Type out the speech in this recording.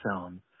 film